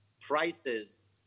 prices